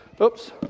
Oops